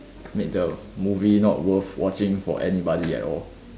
make the movie not worth watching for anybody at all